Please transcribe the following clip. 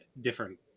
different